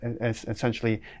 essentially